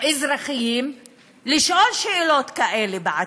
אזרחיים לשאול שאלות כאלה בעתיד.